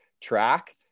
track